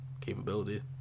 capability